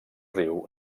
riu